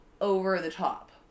over-the-top